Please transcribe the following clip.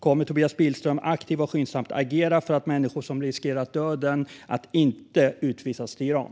Kommer Tobias Billström att aktivt och skyndsamt agera för att människor som riskerar döden inte utvisas till Iran?